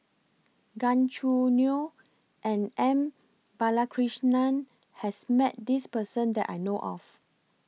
Gan Choo Neo and M Balakrishnan has Met This Person that I know of